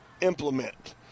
implement